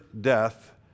death